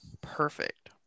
Perfect